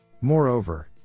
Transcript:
Moreover